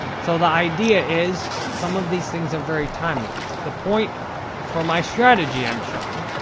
so, the idea is some of these things are very timely. the point for my strategy i'm showing,